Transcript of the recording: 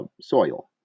soil